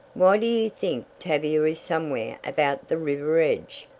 why do you think tavia is somewhere about the river edge?